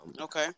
Okay